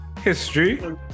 History